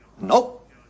Nope